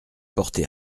porté